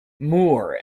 moore